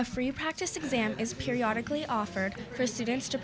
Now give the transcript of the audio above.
a free practice exam is periodically offered for students to